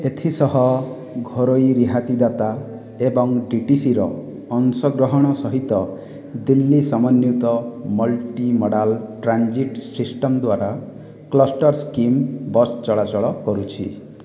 ଏଥିସହ ଘରୋଇ ରିହାତିଦାତା ଏବଂ ଡିଟିସିର ଅଂସଗ୍ରହଣ ସହିତ ଦିଲ୍ଲୀ ସମନ୍ୱିତ ମଲ୍ଟି ମୋଡ଼ାଲ ଟ୍ରାଞ୍ଜିଟ୍ ସିଷ୍ଟମ୍ ଦ୍ୱାରା କ୍ଲଷ୍ଟର୍ ସ୍କିମ୍ ବସ୍ ଚଳାଚଳ କରୁଛି